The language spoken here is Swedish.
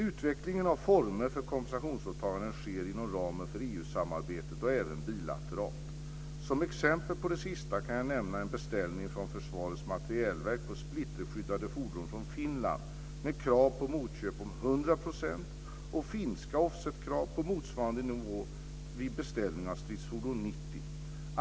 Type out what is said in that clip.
Utveckling av former för kompensationsåtaganden sker inom ramen för EU-samarbetet och även bilateralt. Som exempel på det sista kan jag nämna en beställning från Försvarets materielverk på splitterskyddade fordon från Finland med krav på motköp om 100 % och finska offsetkrav på motsvarande nivå vid beställning av stridsfordon 90.